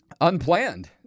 Unplanned